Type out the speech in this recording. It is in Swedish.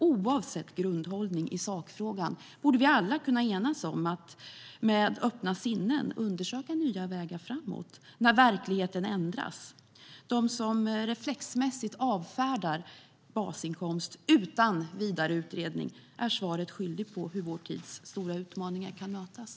Oavsett grundhållning i sakfrågan borde vi alla kunna enas om att vi med öppna sinnen ska undersöka nya vägar framåt, när verkligheten ändras. De som reflexmässigt avfärdar basinkomst utan vidare utredning är svaret skyldiga i fråga om hur vår tids stora utmaningar kan mötas.